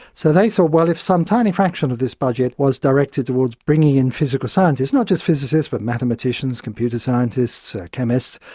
so they thought so well if some tiny fraction of this budget was directed towards bringing in physical scientists, not just physicists but mathematicians, computer scientists, chemists,